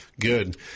Good